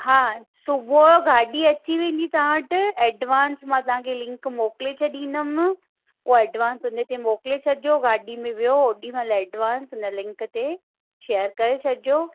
हा सुबुह जो गाॾी अची वेंदी तव्हां वटि एडवांस मां तव्हांखे लिंक मोकिले छॾिंदमि हो एडंवास उनते मोकिले छॾिजो गाॾी में वेहो ओॾीमहिल एडवांस उन लिंक ते शेयर करे छॾिजो